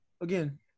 again